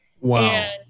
Wow